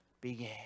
began